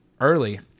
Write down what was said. early